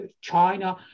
China